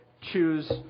choose